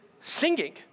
singing